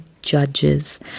judges